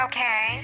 Okay